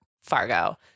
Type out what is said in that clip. Fargo